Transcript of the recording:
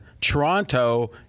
Toronto